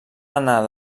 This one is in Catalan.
anar